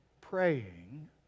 praying